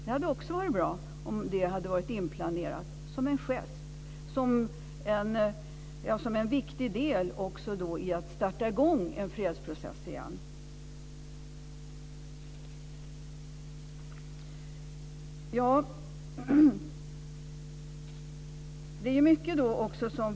Det hade också varit bra, om det hade varit inplanerat, som en gest och som en viktig del i att starta en fredsprocess igen.